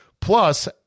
Plus